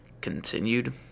continued